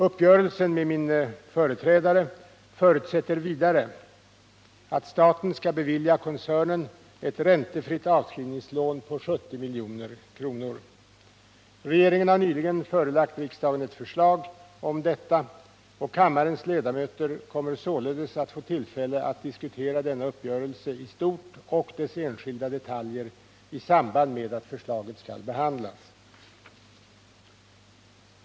Uppgörelsen med min företrädare förutsätter vidare att staten skall bevilja koncernen ett räntefritt avskrivningslån på 70 milj.kr. Regeringen har nyligen förelagt riksdagen ett förslag om detta och kammarens ledamöter kommer således att få tillfälle att diskutera denna uppgörelse i stort och dess enskilda detaljer i samband med att förslaget skall behandlas.